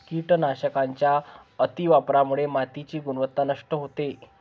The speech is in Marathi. कीटकनाशकांच्या अतिवापरामुळे मातीची गुणवत्ता नष्ट होते